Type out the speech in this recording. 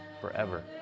forever